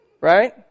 Right